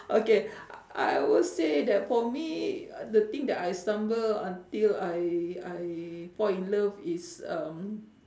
okay I will say that for me the thing I stumble until I I fall in love is um